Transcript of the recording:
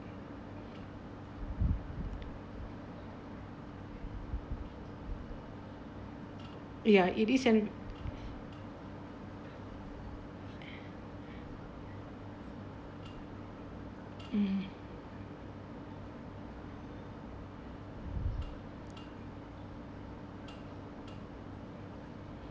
ya it is an (uh huh)